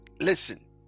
Listen